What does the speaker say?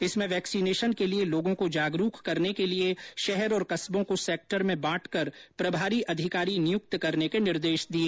इसमें वैक्सीनेशन के लिए लोगों को जागरूक करने के लिए शहर और कस्बों को सैक्टर में बांटकर प्रभारी अधिकारी नियुक्त करने के निर्देश दिए